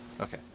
okay